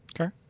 Okay